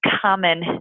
common